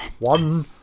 One